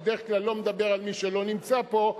אני בדרך כלל לא מדבר על מי שלא נמצא פה,